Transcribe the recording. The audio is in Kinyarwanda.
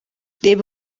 reba